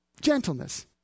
gentleness